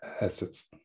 assets